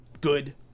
good